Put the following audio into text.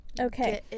okay